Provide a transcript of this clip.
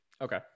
okay